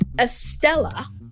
Estella